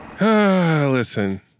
Listen